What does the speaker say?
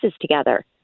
together